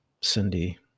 Cindy